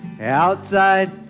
Outside